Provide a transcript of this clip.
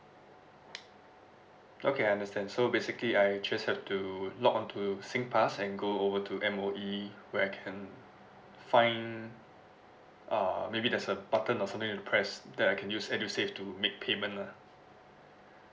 okay I understand so basically I just have to logon to singpass and go over to M_O_E where I can find uh maybe there's a button or something to press that I can use edusave to make payment lah